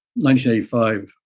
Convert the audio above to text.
1985